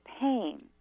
pain